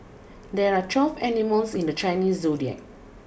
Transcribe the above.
there are twelve animals in the Chinese Zodiac